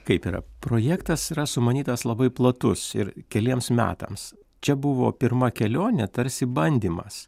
kaip yra projektas yra sumanytas labai platus ir keliems metams čia buvo pirma kelionė tarsi bandymas